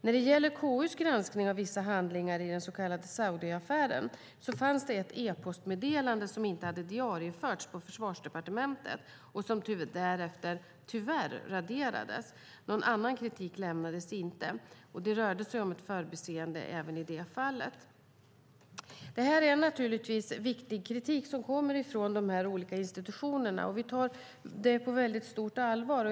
När det gäller KU:s granskning av vissa handlingar i den så kallade Saudiaffären fanns det ett e-postmeddelande som inte hade diarieförts på Försvarsdepartementet och som tyvärr raderades därefter. Någon annan kritik lämnades inte. Det rörde sig om ett förbiseende även i det fallet. Det är viktig kritik som kommer från de olika institutionerna, och vi tar det på stort allvar.